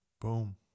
Boom